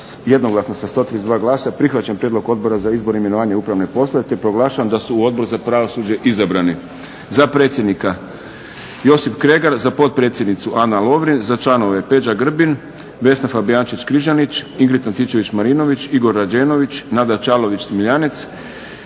jednoglasno sa 132 glasa prihvaćen Prijedlog Odbora za izbor, imenovanje i upravne poslove, te proglašavam da su u Odbor za pravosuđe izabrani za predsjednika Josip Kregar, za potpredsjednicu Ana Lovrin, za članove Peđa Grbin, Vesna Fabijančić Križanić, Ingrid Antičević Marinović, Igor Rađenović, Nada Čavlović Smiljanec,